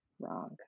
wrong